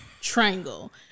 triangle